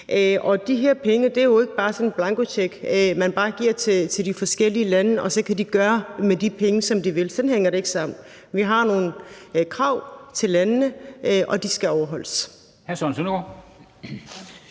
De her penge er jo ikke sådan en blankocheck, man bare giver til de forskellige lande, og så kan de gøre med de penge, som de vil. Sådan hænger det ikke sammen. Vi har nogle krav til landene, og de skal overholdes.